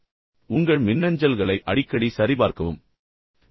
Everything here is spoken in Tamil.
எனவே உங்கள் மின்னஞ்சல்களை நீங்கள் அடிக்கடி சரிபார்க்க வேண்டும் என்று அவர் கூறுகிறார்